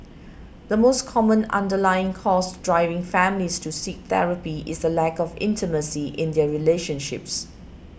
the most common underlying cause driving families to seek therapy is the lack of intimacy in their relationships